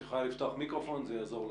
בוקר טוב לכולם.